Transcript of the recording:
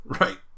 Right